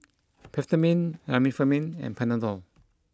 Peptamen Remifemin and Panadol